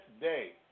day